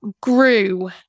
grew